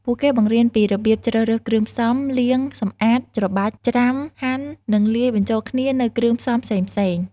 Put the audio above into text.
ពួកគេបង្រៀនពីរបៀបជ្រើសរើសគ្រឿងផ្សំ លាង សម្អាត ច្របាច់ ច្រាំ ហាន់ និងលាយបញ្ចូលគ្នានូវគ្រឿងផ្សំផ្សេងៗ។